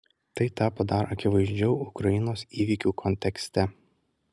tai tapo dar akivaizdžiau ukrainos įvykių kontekste